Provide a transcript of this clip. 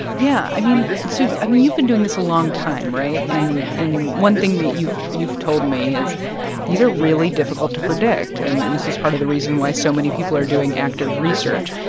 yeah. i mean so, i mean, you've been doing this a long time, right? and one thing that you've you've told me is these are really difficult to predict, and and this is part of the reason why so many people are doing active research.